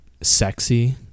sexy